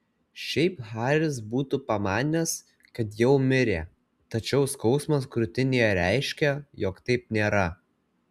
šiaip haris būtų pamanęs kad jau mirė tačiau skausmas krūtinėje reiškė jog taip nėra